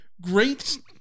great